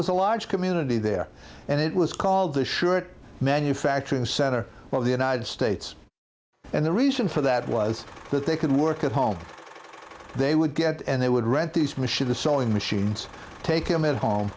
was a large community there and it was called the assured manufacturing center of the united states and the reason for that was that they could work at home they would get and they would read these machine the sewing machines take them at home